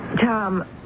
Tom